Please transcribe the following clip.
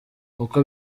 uko